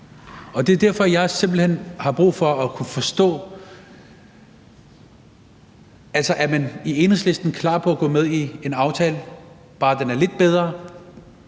Og det er derfor, jeg simpelt hen har brug for at forstå: Er man i Enhedslisten klar på at gå med i en aftale, bare den er lidt bedre?